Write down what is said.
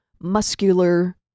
muscular